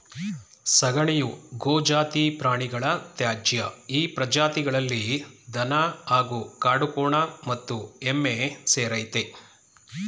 ಸಗಣಿಯು ಗೋಜಾತಿ ಪ್ರಾಣಿಗಳ ತ್ಯಾಜ್ಯ ಈ ಪ್ರಜಾತಿಗಳಲ್ಲಿ ದನ ಹಾಗೂ ಕಾಡುಕೋಣ ಮತ್ತು ಎಮ್ಮೆ ಸೇರಯ್ತೆ